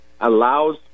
allows